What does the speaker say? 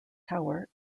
tower